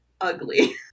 ugly